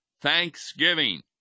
Thanksgiving